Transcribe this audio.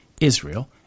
Israel